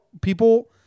people